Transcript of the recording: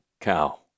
cow